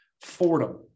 Fordham